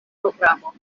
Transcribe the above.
programo